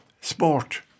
sport